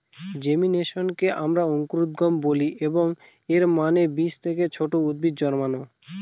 জেমিনেশনকে আমরা অঙ্কুরোদ্গম বলি, এবং এর মানে বীজ থেকে ছোট উদ্ভিদ জন্মানো